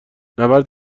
نبرد